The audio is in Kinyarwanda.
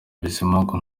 bizimungu